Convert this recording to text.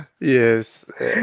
Yes